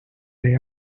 they